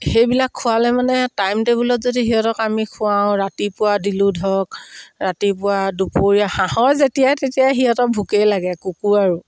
সেইবিলাক খোৱালে মানে টাইম টেবুলত যদি সিহঁতক আমি খুৱাওঁ ৰাতিপুৱা দিলোঁ ধৰক ৰাতিপুৱা দুপৰীয়া হাঁহৰ যেতিয়াই তেতিয়াই সিহঁতক ভোকেই লাগে কুকুৰাৰো